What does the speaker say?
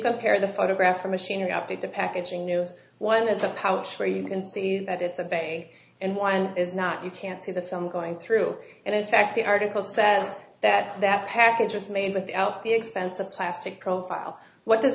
compare the photograph or machinery up to the packaging new one as a pouch where you can see that it's a bay and one is not you can see the film going through and in fact the article says that that package was made without the expense of plastic profile what does